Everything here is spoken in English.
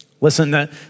Listen